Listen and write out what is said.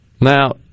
Now